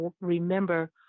remember